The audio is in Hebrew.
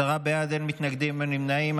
עשרה בעד, אין מתנגדים, אין נמנעים.